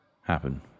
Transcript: happen